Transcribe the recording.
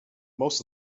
most